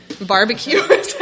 Barbecue